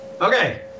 Okay